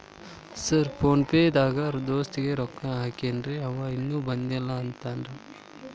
Sir PhonePe ದಾಗ ದೋಸ್ತ್ ಗೆ ರೊಕ್ಕಾ ಹಾಕೇನ್ರಿ ಅಂವ ಇನ್ನು ಬಂದಿಲ್ಲಾ ಅಂತಾನ್ರೇ?